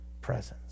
presence